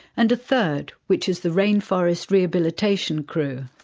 and a third which is the rainforest rehabilitation crew.